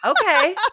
Okay